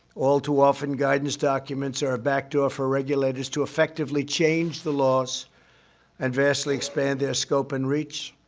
all too often, guidance documents are a backdoor for regulators to effectively change the laws and vastly expand their scope and reach.